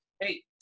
hey